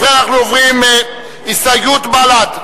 אנחנו עוברים, הסתייגות בל"ד.